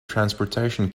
transportation